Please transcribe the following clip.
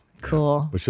Cool